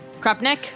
Krupnik